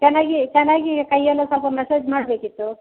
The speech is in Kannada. ಚೆನ್ನಾಗಿ ಚೆನ್ನಾಗಿ ಕೈ ಎಲ್ಲ ಸ್ವಲ್ಪ ಮಸಾಜ್ ಮಾಡಬೇಕಿತ್ತು